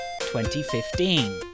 2015